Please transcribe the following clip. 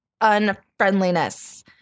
unfriendliness